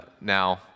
Now